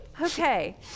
Okay